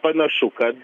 panašu kad